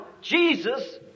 Jesus